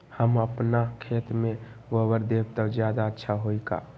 हम अपना खेत में गोबर देब त ज्यादा अच्छा होई का?